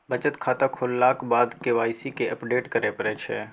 बचत खाता खोललाक बाद के वाइ सी केँ अपडेट करय परै छै